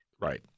Right